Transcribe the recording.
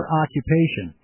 occupation